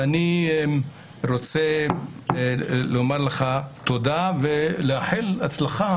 אני רוצה לומר לך תודה, ולאחל הצלחה